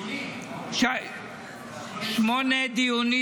בשמונה דיונים.